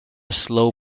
slow